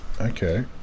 Okay